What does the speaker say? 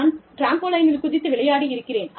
நான் டிராம்போலைனில் குதித்து விளையாடி இருக்கிறேன்